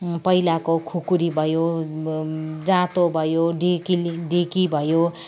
पहिलाको खुकुरी भयो जाँतो भयो ढिकी ढिकी भयो